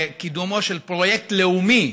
בקידומו של פרויקט לאומי